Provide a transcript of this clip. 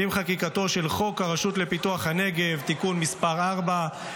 עם חקיקתו של חוק הרשות לפיתוח הנגב (תיקון מס' 4),